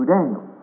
Daniel